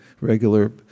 regular